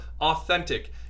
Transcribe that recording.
authentic